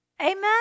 Amen